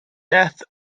death